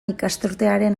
ikasturtearen